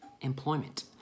employment